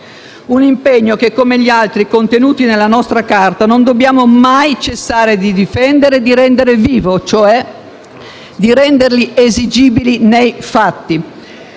un impegno che, come gli altri contenuti nella nostra Carta, non dobbiamo mai cessare di difendere e di rendere vivo, cioè esigibile nei fatti;